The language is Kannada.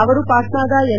ಅವರು ಪಾಣ್ವಾದ ಎನ್